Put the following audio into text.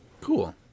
Cool